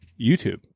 YouTube